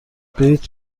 بلیط